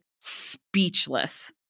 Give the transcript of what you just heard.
speechless